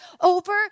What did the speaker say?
over